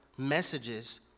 messages